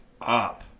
up